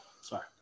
sorry